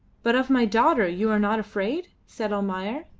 but of my daughter you are not afraid? said almayer.